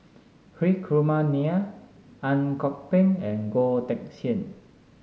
Hri Kumar Nair Ang Kok Peng and Goh Teck Sian